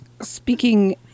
speaking